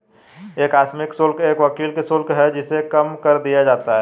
एक आकस्मिक शुल्क एक वकील का शुल्क है जिसे कम कर दिया जाता है